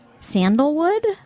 sandalwood